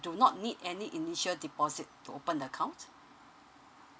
do not need any initial deposit to open an account